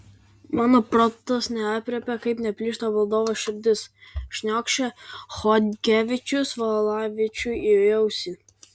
mano protas neaprėpia kaip neplyšta valdovo širdis šniokščia chodkevičius valavičiui į ausį